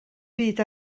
byd